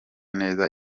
neza